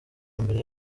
imbere